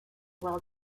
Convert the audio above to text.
well